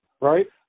Right